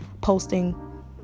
posting